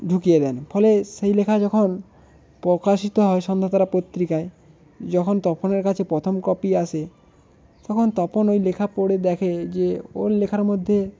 ঢুকিয়ে দেন ফলে সেই লেখা যখন প্রকাশিত হয় সন্ধ্যাতারা পত্রিকায় যখন তপনের কাছে প্রথম কপি আসে তখন তপন ওই লেখা পড়ে দেখে যে ওর লেখার মধ্যে